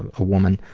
a woman,